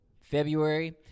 February